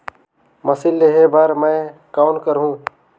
Machine लेहे बर मै कौन करहूं?